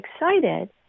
excited